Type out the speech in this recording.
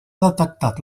detectat